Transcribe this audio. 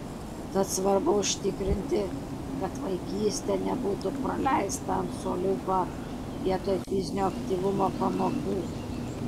tad svarbu užtikrinti kad vaikystė nebūtų praleista ant suoliuko vietoj fizinio aktyvumo pamokų